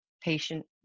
patient